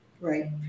Right